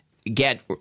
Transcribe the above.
get